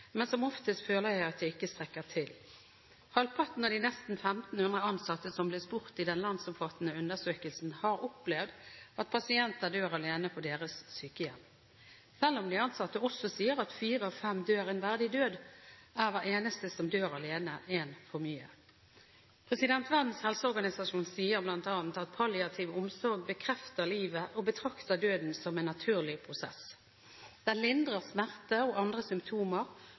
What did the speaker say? men som oftest føler jeg at jeg ikke strekker til. Halvparten av de nesten 1 500 ansatte som ble spurt i den landsomfattende undersøkelsen, har opplevd at pasienter dør alene på deres sykehjem. Selv om de ansatte også sier at fire av fem dør en verdig død, er hver eneste som dør alene, en for mye. Verdens helseorganisasjon sier bl.a. at palliativ omsorg bekrefter livet og betrakter døden som en naturlig prosess. Den lindrer smerte og andre symptomer